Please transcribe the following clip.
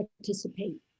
participate